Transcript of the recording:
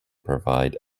provide